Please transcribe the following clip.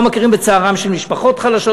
לא מכירים בצערן של משפחות חלשות,